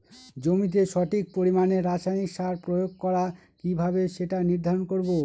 জমিতে সঠিক পরিমাণে রাসায়নিক সার প্রয়োগ করা কিভাবে সেটা নির্ধারণ করব?